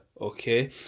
okay